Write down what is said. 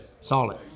Solid